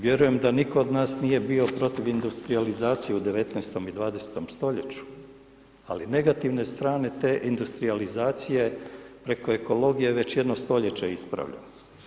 Vjerujem da nitko od nas nije bio protiv industrijalizacije u 19. i 20. st., ali negativne strane te industrijalizacije preko ekologije već jedno stoljeće ispravljamo.